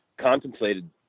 contemplated